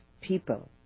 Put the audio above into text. people